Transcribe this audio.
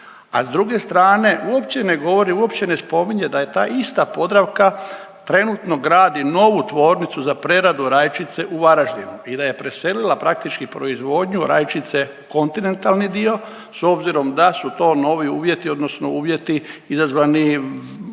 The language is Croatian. a s druge strane uopće ne govori, uopće ne spominje da ta ista Podravka trenutno gradi novu tvornicu za preradu rajčice u Varaždinu i da je preselila praktički proizvodnju rajčice u kontinentalni dio s obzirom da su to novi uvjeti odnosno uvjeti izazvani